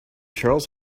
charles